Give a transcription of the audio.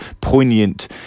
poignant